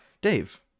Dave